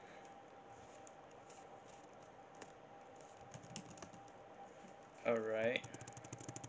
alright